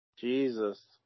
Jesus